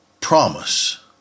promise